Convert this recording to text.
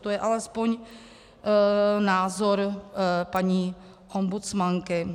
To je alespoň názor paní ombudsmanky.